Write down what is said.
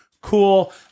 cool